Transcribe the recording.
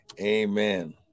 Amen